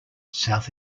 south